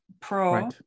pro